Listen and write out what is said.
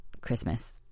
Christmas